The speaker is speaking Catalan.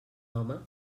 home